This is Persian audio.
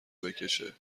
بکشه